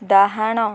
ଡାହାଣ